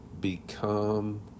become